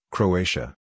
Croatia